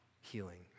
healing